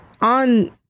on